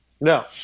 No